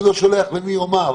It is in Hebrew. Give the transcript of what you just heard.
אני לא שולח למי או למה.